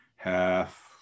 half